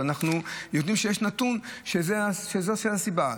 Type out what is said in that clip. אז אנחנו יודעים שיש נתון שזו הסיבה.